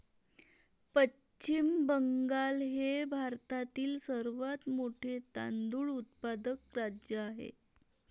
पश्चिम बंगाल हे भारतातील सर्वात मोठे तांदूळ उत्पादक राज्य आहे